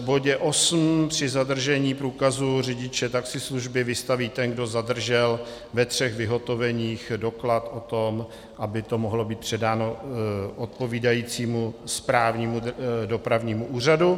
V bodě osm při zadržení průkazu řidiče taxislužby vystaví ten, kdo zadržel, ve třech vyhotoveních doklad o tom, aby to mohlo být předáno odpovídajícímu správnímu dopravnímu úřadu.